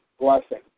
blessing